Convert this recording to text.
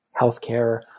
healthcare